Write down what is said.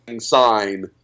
sign